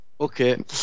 Okay